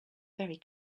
very